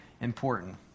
important